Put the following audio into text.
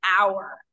hour